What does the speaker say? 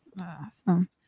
awesome